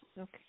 Okay